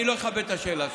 אני לא אכבד את השאלה שלך.